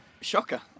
Shocker